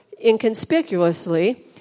inconspicuously